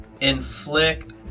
Inflict